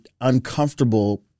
uncomfortable